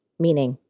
meaning,